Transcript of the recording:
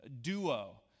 duo